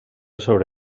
sobre